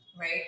right